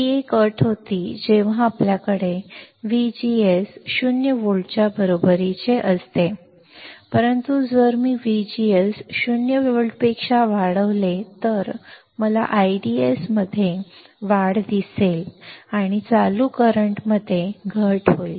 ही एक अट होती जेव्हा आपल्याकडे VGS 0 व्होल्टच्या बरोबरीचे असते परंतु जर मी VGS 0 व्होल्ट वाढवले तर मला IDSS मध्ये वाढ दिसेल किंवा चालू ID मध्ये घट होईल